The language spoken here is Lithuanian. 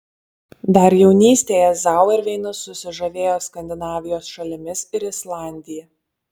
dar jaunystėje zauerveinas susižavėjo skandinavijos šalimis ir islandija